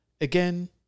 again